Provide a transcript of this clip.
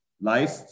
life